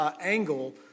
angle